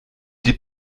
die